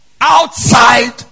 outside